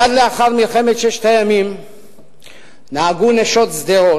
מייד לאחר מלחמת ששת הימים נהגו נשות שדרות,